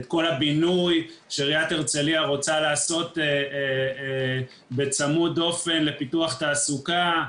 את כל הבינוי שעירית הרצליה רוצה לעשות בצמוד דופן לפיתוח תעסוקה,